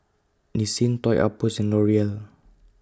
Nissin Toy Outpost and L'Oreal